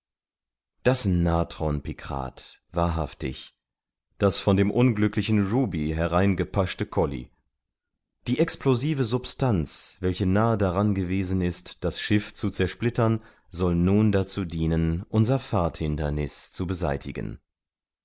das natron pikrat wahrhaftig das von dem unglücklichen ruby herein gepaschte colli die explosive substanz welche nahe daran gewesen ist das schiff zu zersplittern soll nun dazu dienen unser fahrthinderniß zu beseitigen